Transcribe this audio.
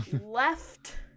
left